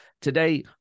Today